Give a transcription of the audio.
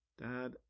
dad